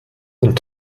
und